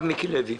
ואחריו מיקי לוי.